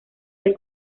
del